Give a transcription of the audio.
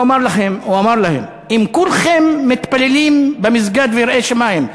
הוא אמר להם: אם כולכם מתפללים במסגד ויראי שמים,